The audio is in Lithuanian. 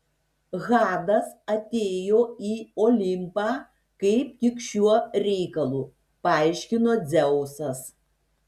hadas atėjo į olimpą kaip tik šiuo reikalu paaiškino dzeusas